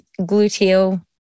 gluteal